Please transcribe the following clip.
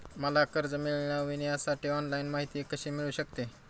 मला कर्ज मिळविण्यासाठी ऑनलाइन माहिती कशी मिळू शकते?